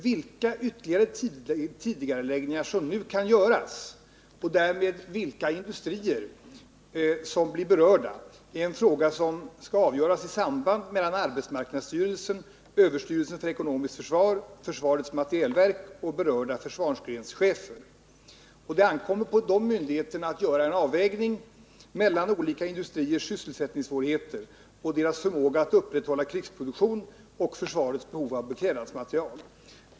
Vilka ytterligare tidigareläggningar som nu kan göras och därmed vilka industrier som blir berörda är en fråga, som skall avgöras i samarbete mellan arbetsmarknadsstyrelsen, överstyrelsen för ekonomiskt försvar, försvarets materielverk och berörda försvarsgrenschefer. Det ankommer på de myndigheterna att göra en avvägning mellan olika industriers sysselsättningssvårigheter, deras förmåga att upprätthålla krigsproduktion och försvarets behov av beklädnadsmaterial.